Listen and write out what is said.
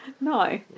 No